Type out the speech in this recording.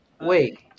Wait